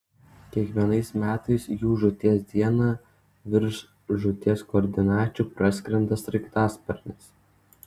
kiekvienais metais jų žūties dieną virš žūties koordinačių praskrenda sraigtasparnis